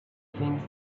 things